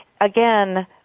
again